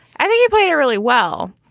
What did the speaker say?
i think you play it it really well.